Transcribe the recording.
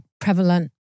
prevalent